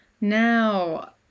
Now